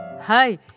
Hi